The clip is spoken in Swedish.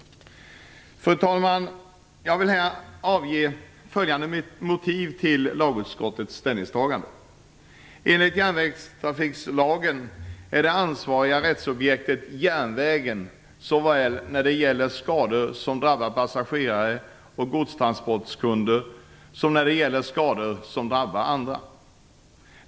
Fru talman! Jag vill här avge följande motiv till lagutskottets ställningstagande: Enligt järnvägstrafiklagen är det ansvariga rättsobjektet "järnvägen", såväl när det gäller skador som drabbar passagerare och godstransportkunder som när det gäller skador som drabbar andra.